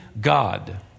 God